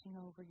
over